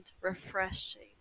refreshing